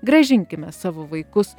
grąžinkime savo vaikus